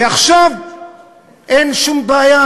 ועכשיו אין שום בעיה,